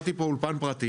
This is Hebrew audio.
אני שמעתי פה אולפן פרטי,